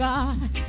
God